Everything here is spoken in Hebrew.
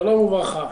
שלום וברכה.